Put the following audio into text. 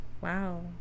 Wow